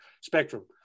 spectrum